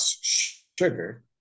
sugar